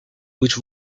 which